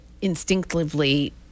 instinctively